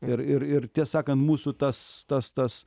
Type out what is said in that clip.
ir ir ir tiesakant mūsų tas tas tas